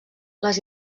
les